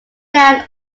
down